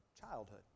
childhood